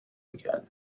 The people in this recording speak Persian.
میکردن